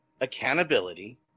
accountability